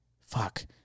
Fuck